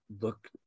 look